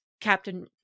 Captain